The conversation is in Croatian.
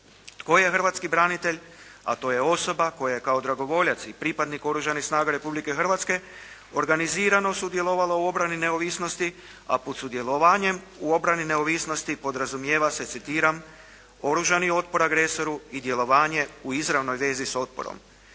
tko je hrvatski branitelj, a to je osoba koja je kao dragovoljaca i pripadnik Oružanih snaga Republike Hrvatske, organizirano sudjelovala u obrani i neovisnosti, a pod sudjelovanjem u obrani i neovisnosti podrazumijeva se citiram: "oružani otpor agresoru i djelovanje u izravnoj vezi s otporom".